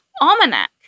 Almanac